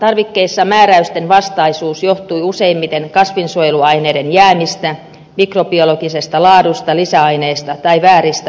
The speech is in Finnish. elintarvikkeissa määräystenvastaisuus johtui useimmiten kasvinsuojeluaineiden jäämistä mikrobiologisesta laadusta lisäaineista tai vääristä pakkausmerkinnöistä